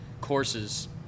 courses